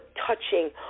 touching